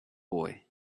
boy